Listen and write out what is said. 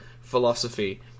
philosophy